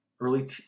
Early